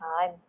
time